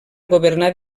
governar